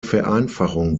vereinfachung